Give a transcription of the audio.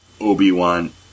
Obi-Wan